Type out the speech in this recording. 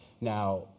Now